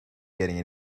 getting